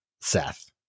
Seth